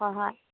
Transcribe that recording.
ꯍꯣꯏ ꯍꯣꯏ